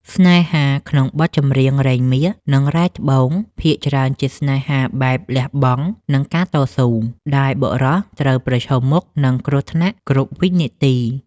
ស្នេហាក្នុងបទចម្រៀងរែងមាស និងរ៉ែត្បូង ភាគច្រើនជាស្នេហាបែបលះបង់ និងការតស៊ូ ដែលបុរសត្រូវប្រឈមមុខនឹងគ្រោះថ្នាក់គ្រប់វិនាទី។